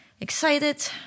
Excited